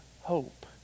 hope